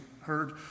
heard